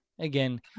Again